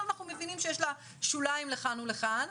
אבל אנחנו מבינים שיש לה שוליים לכאן ולכאן.